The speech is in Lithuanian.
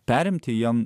perimti jam